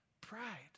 Pride